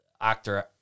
actor